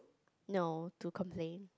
no to complain